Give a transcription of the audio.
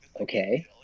okay